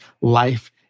life